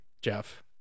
Jeff